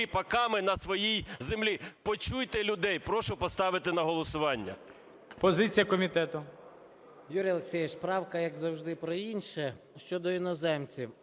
Почуйте людей. Прошу поставити на голосування.